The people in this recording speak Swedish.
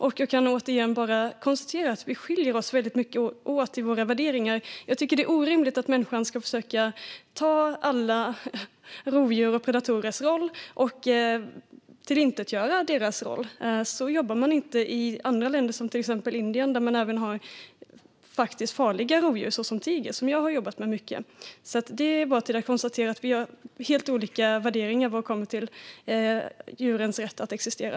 Då kan jag återigen bara konstatera att vi skiljer oss väldigt mycket åt i våra värderingar. Jag tycker att det är orimligt att människan ska försöka ta alla rovdjurs och predatorers roll och tillintetgöra deras roll. Så jobbar man inte i andra länder, till exempel i Indien, där man även har farliga rovdjur som tiger som jag har jobbat mycket med. Det är bara att konstatera att vi har helt olika värderingar när det gäller djurens rätt att existera.